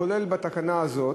כולל בתקנה הזאת.